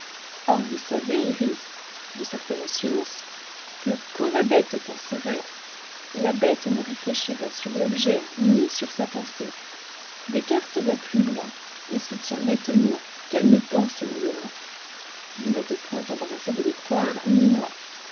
or vous savez iris de certaine science que quand la bête penserait la bête ne réfléchirait sur l'objet ni sur sa pensée descartes va plus loin et soutient nettement qu'elle ne pense nullement vous n'êtes point embarrassée de le croire ni moi